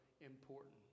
important